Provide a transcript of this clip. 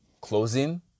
closing